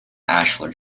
ashlar